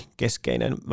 keskeinen